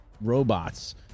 robots